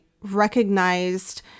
recognized